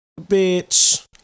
Bitch